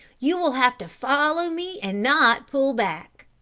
you will have to follow me and not pull back.